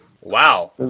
Wow